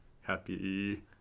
happy